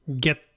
get